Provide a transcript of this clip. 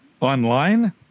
online